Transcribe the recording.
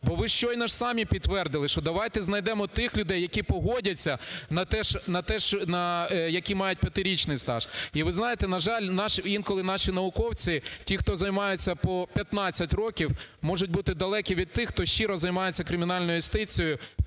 Бо ви ж щойно самі підтвердили, що давайте знайдемо тих людей, які погодяться на те… які мають 5-річний стаж. І ви знаєте, на жаль, інколи наші науковці, ті, хто займаються по 15 років, можуть бути далекі від тих, хто щиро займається кримінальною юстицією